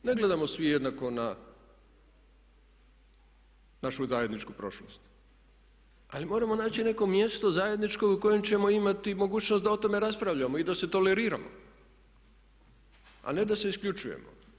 Ne gledamo svi jednako na našu zajedničku prošlost ali moramo naći neko mjesto, zajedničko, u kojem ćemo imati mogućnost da o tome raspravljamo i da se toleriramo a ne da se isključujemo.